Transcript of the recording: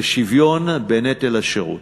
לשוויון בנטל השירות.